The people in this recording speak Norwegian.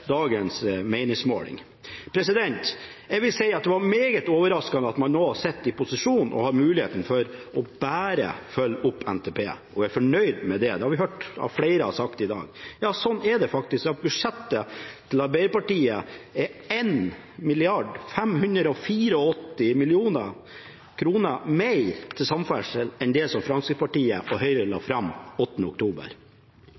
dagens meningsmåling. Jeg vil si at det var meget overraskende at man nå sitter i posisjon og har muligheten til bare å følge opp NTP-en, og er fornøyd med det. Det har vi hørt at flere har sagt i dag. Ja, det er faktisk slik at det i budsjettet til Arbeiderpartiet er 1,584 mrd. kr mer til samferdsel enn i det som Fremskrittspartiet og Høyre